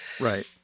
Right